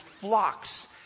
flocks